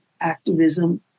activism